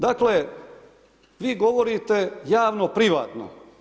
Dakle, vi govorite, javno privatno.